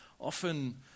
often